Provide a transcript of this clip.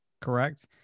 correct